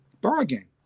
Bargain